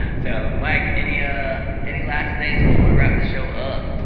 so, mike. any ah any last things before we wrap this show up?